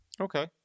Okay